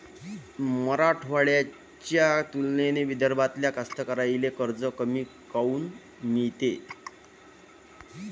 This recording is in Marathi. मराठवाड्याच्या तुलनेत विदर्भातल्या कास्तकाराइले कर्ज कमी काऊन मिळते?